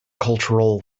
cultural